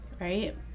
Right